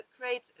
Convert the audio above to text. create